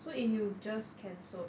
so if you just cancel